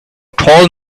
tall